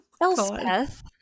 Elspeth